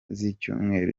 z’icyumweru